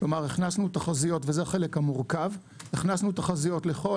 כלומר הכנסנו תחזיות וזה החלק המורכב הכנסנו תחזיות לכל